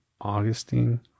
Augustine